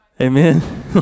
Amen